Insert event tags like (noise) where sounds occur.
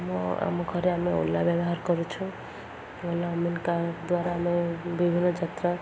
ଆମ ଆମ ଘରେ ଆମେ ଓଲା ବ୍ୟବହାର କରୁଛୁ ଓଲା (unintelligible) କାର୍ ଦ୍ୱାରା ଆମେ ବିଭିନ୍ନ ଯାତ୍ରା